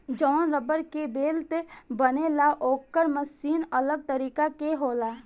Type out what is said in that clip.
जवन रबड़ के बेल्ट बनेला ओकर मशीन अलग तरीका के होला